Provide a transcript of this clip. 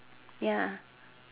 ya